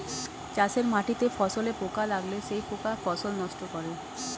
চাষের মাটিতে ফসলে পোকা লাগলে সেই পোকা ফসল নষ্ট করে